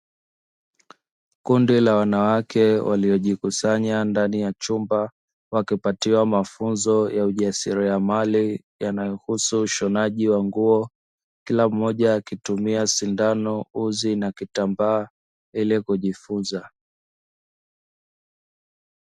Wanawake waliojikusanya ndani ya chumba wakipatiwa mafunzo ya ujasiriamali yanayohusu ushonaji wa nguo, kila mmoja akitumia sindano, uzi na kitambaa ili kujifunza.